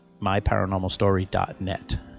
myparanormalstory.net